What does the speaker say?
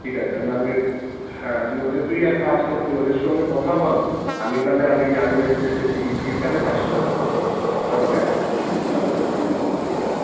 ঠিক আছে তাহলে আমি হ্যাঁ তুইও ওদের তুই এক কাজ কর তুই ওদের সঙ্গে কথা বল আমি তাহলে আমি ট্রাভেল এজেন্সির যে টিকিট ফিকিট কাটে তার সঙ্গে কথা বলছি কথা বলে জানাচ্ছি ঠিক আছে